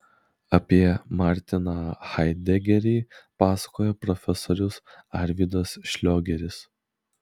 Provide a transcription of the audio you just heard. apie martiną haidegerį pasakoja profesorius arvydas šliogeris